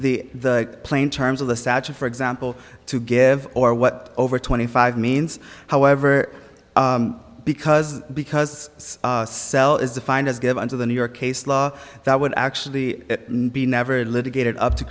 the plain terms of the statute for example to give or what over twenty five means however because because cell is defined as given to the new york case law that would actually be never litigated up to